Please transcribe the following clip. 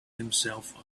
himself